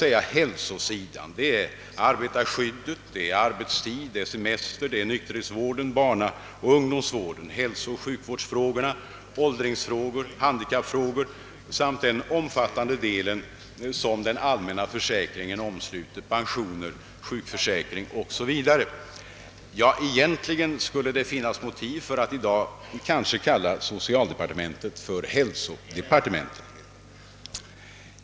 Jag kan nämna arbetarskyddet, arbetstid och semester, nykterhetsvården, barnaoch ungdomsvården, åldringsvården, hälsooch sjukvården, handikappfrågor samt den omfattande del av den allmänna försäkringen som rör pensioner, sjukförsäkring etc. Det finns egentligen motiv för att i dag kalla socialdepartementet för hälsodepartementet.